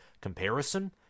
comparison